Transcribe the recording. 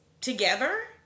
together